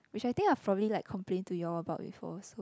which I think I probably like complain to you all about before so